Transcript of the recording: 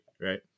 right